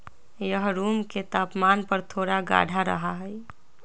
यह रूम के तापमान पर थोड़ा गाढ़ा रहा हई